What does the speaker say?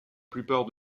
plupart